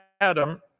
Adam